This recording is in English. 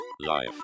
Life